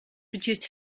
produced